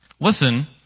Listen